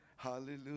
Hallelujah